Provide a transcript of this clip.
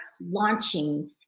launching